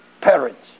parents